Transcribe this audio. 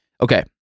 Okay